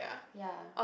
ya